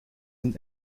een